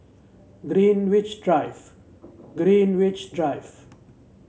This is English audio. Greenwich Drive Greenwich Drive